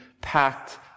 packed